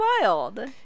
wild